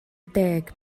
deg